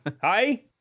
hi